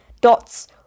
dots